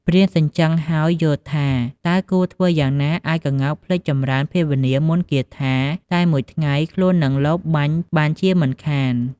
ព្រានសញ្ជឹងហើយយល់ថា តើគួរធ្វើយ៉ាងណាឱ្យក្ងោកភ្លេចចម្រើនភាវនាមន្ដគាថាតែមួយថ្ងៃ ខ្លួននឹងលបបាញ់បានជាមិនខាន ។